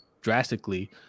drastically